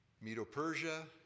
Medo-Persia